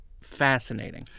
fascinating